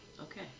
Okay